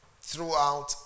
throughout